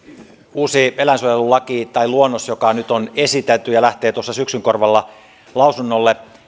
uusi eläinsuojelulakiluonnos joka nyt on esitelty ja lähtee tuossa syksyn korvalla lausunnolle